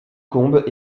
combes